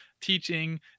teaching